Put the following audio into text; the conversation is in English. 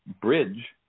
bridge